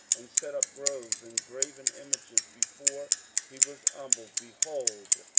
and set up groves and graven images, before he was humbled behold,